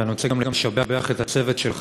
ואני רוצה גם לשבח את הצוות שלך.